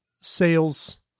sales